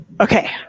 Okay